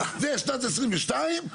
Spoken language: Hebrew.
ויש שנת 2022,